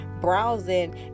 browsing